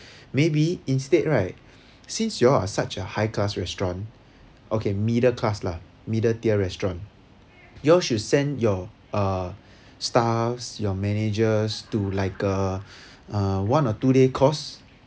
maybe instead right since you are a such a high class restaurant okay middle class lah middle tier restaurant you all should send your staffs your managers to like a a one or two day course